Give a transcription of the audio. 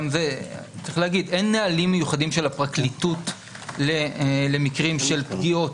אין נהלים מיוחדים של הפרקליטות למקרים של פגיעות,